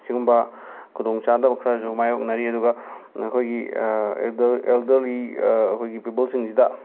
ꯁꯤꯒꯨꯝꯕ ꯈꯨꯗꯣꯡꯆꯥꯗꯕ ꯈꯔꯁꯨ ꯃꯥꯌꯣꯛꯅꯔꯤ ꯑꯗꯨꯒ ꯑꯩꯈꯣꯏꯒꯤ ꯑꯦꯗꯜ ꯑꯦꯜꯗꯔꯂꯤ ꯑꯩꯈꯣꯏꯒꯤ ꯄꯤꯄꯜꯁꯤꯡꯁꯤꯗ